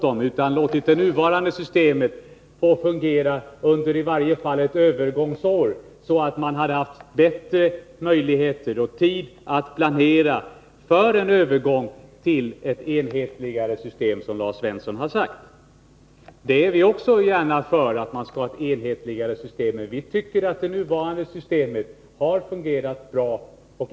Man borde ha låtit det nuvarande systemet få fungera under i varje fall ett övergångsår. Då hade man haft bättre möjligheter och tid att planera för en övergång till ett enhetligare system, som Lars Svensson sade. Också vi är för ett enhetligare system, men vi tycker att det nuvarande systemet har fungerat bra.